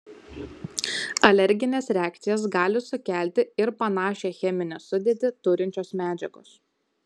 alergines reakcijas gali sukelti ir panašią cheminę sudėtį turinčios medžiagos